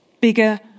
bigger